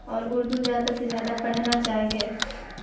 اور اردو زیادہ سے زیادہ پڑھنا چاہیے